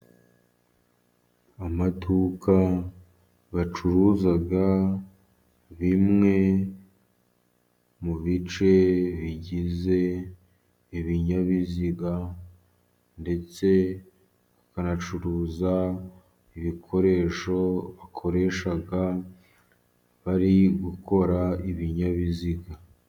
Amaduka bacuruza bimwe mu bice bigize ibinyabiziga, ndetse bakanacuruza ibikoresho bakoresha bari gukora ibinyabiziga.